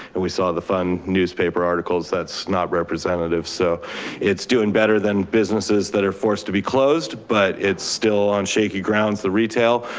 and we saw the fun newspaper articles that's not representative. so it's doing better than businesses that are forced to be closed but it's still on shaky grounds, the retail,